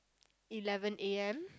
eleven A_M